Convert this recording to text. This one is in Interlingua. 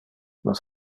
nos